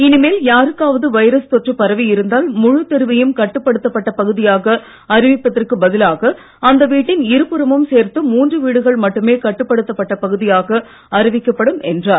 இனிமேல் யாருக்காவது வைரஸ் தொற்று பரவி இருந்தால் முழு தெருவையும் கட்டுப்படுத்தப்பட்ட பகுதியாக அறிவிப்பதற்கு பதிலாக இருபுறமும் சேர்த்து வீட்டின் அந்த கட்டுப்படுத்தப்பட்ட பகுதியாக அறிவிக்கப்படும் என்றார்